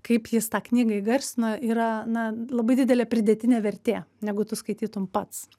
kaip jis tą knygą įgarsino yra na labai didelė pridėtinė vertė negu tu skaitytum pats